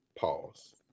pause